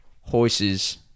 horses